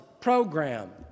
program